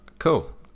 Cool